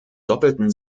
doppelten